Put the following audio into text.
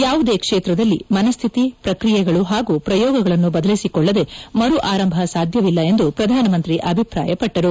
ಯಾವುದೇ ಕ್ಷೇತ್ರದಲ್ಲಿ ಮನಸ್ಥಿತಿ ಪ್ರಕ್ರಿಯೆಗಳು ಹಾಗೂ ಪ್ರಯೋಗಗಳನ್ನು ಬದಲಿಸಿಕೊಳ್ಳದೆ ಮರು ಆರಂಭ ಸಾಧ್ವವಿಲ್ಲ ಎಂದು ಪ್ರಧಾನಮಂತ್ರಿ ಅಭಿಪ್ರಾಯಪಟ್ಟರು